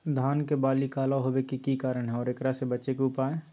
धान के बाली काला होवे के की कारण है और एकरा से बचे के उपाय?